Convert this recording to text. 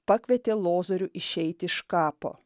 pakvietė lozorių išeiti iš kapo